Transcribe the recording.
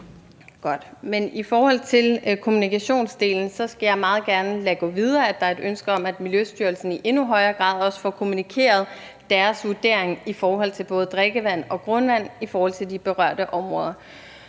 i forhold til kommunikationsdelen skal jeg meget gerne lade gå videre, at der er et ønske om, at Miljøstyrelsen i endnu højere grad også får kommunikeret deres vurdering i forhold til både drikkevand og grundvand i de berørte områder.